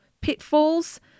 pitfalls